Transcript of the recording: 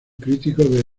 crítico